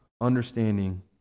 understanding